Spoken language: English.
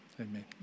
amen